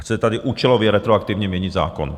Chcete tady účelově retroaktivně měnit zákon.